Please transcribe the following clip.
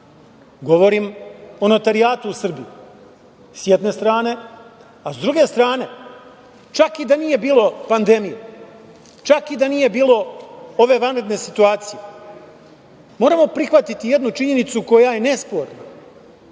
Govorim o notarijatu u Srbiji, s jedne strane, a s druge strane, čak i da nije bilo pandemije, čak i da nije bilo ove vanredne situacije, moramo prihvatiti jednu činjenicu koja je nesporna,